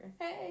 Hey